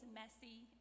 messy